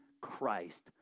Christ